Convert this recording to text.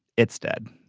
it's dead.